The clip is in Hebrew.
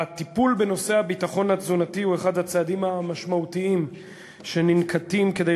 הטיפול בנושא הביטחון התזונתי הוא אחד הצעדים המשמעותיים שננקטים כדי